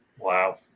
Wow